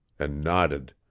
and nodded.